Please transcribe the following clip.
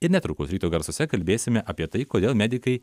ir netrukus ryto garsuose kalbėsime apie tai kodėl medikai